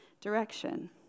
direction